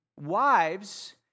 wives